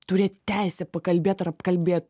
turėš teisę pakalbėt ar apkalbėt